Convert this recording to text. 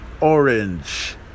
Orange